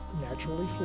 naturally